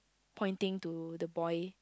pointing to the boy